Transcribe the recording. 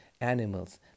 animals